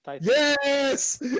Yes